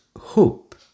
hope